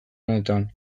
lanetan